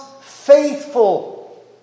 faithful